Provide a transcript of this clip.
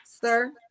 Sir